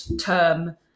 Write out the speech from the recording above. term